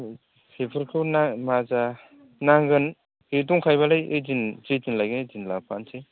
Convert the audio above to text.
बेफोरखो माजा नांगोन जुदि दंखायोबालाय ऐदिन जैदिन लायो ऐदिन लाबफानोसै